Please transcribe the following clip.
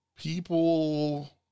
People